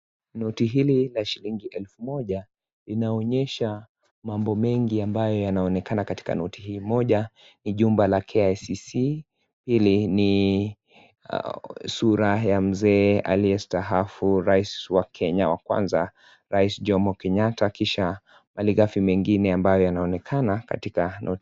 Noti hili la shilingi elfu moja inaonyesha mambo mengi ambayo yanaonekana katika noti hii, moja ni jumba la Kicc, pili ni sura ya mzee aliyestaafu rais wa Kenya wa kwanza rais Jomo Kenyatta, kisha malighafi mengine ambayo yanaonekana katika noti hii.